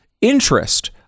interest